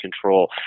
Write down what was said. control